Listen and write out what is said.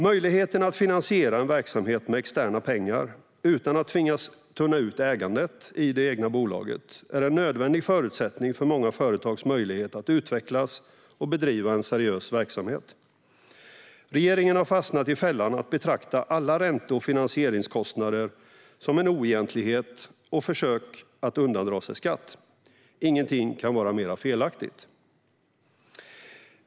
Möjligheten att finansiera en verksamhet med externa pengar utan att tvingas tunna ut ägandet i det egna bolaget är en nödvändig förutsättning för många företags möjlighet att utvecklas och bedriva en seriös verksamhet. Regeringen har fastnat i fällan att betrakta alla ränte och finansieringskostnader som oegentligheter och försök att undandra sig skatt. Ingenting kan vara mer felaktigt.